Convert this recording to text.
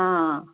हां